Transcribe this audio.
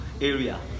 area